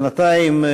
בינתיים,